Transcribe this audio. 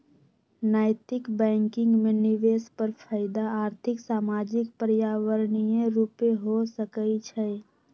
नैतिक बैंकिंग में निवेश पर फयदा आर्थिक, सामाजिक, पर्यावरणीय रूपे हो सकइ छै